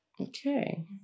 Okay